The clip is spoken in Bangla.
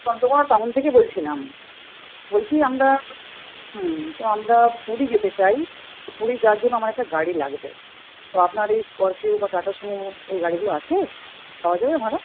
চন্দ্রকোণা টাউন থেকে বলছিলাম বলছি আমরা তো আমরা পুরী যেতে চাই পুরী যাওয়ার জন্য আমার একটা গাড়ি লাগবে তো আপনার এই স্করপিও বা টাটা সুমো এই গাড়িগুলো আছে পাওয়া যাবে ভাড়া